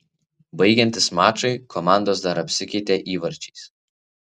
baigiantis mačui komandos dar apsikeitė įvarčiais